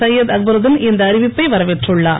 சையது அக்பருதின் இந்த அறிவிப்பை வரவேற்றுள்ளார்